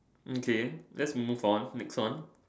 mm K let's move on next one